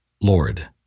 Lord